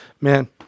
man